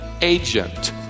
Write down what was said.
agent